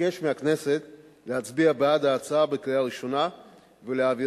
אבקש מהכנסת להצביע בעד ההצעה בקריאה ראשונה ולהעבירה